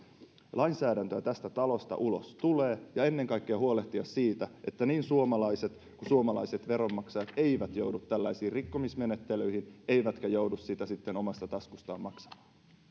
lainsäädäntöä tästä talosta ulos tulee ja ennen kaikkea huolehtia siitä että niin suomalaiset kuin suomalaiset veronmaksajat eivät joudu tällaisiin rikkomismenettelyihin eivätkä joudu siitä sitten omasta taskustaan maksamaan